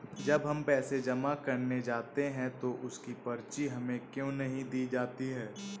जब हम पैसे जमा करने जाते हैं तो उसकी पर्ची हमें क्यो नहीं दी जाती है?